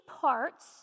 parts